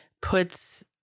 puts